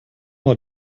war